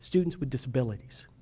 students with disabilities.